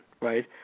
right